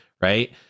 right